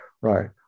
right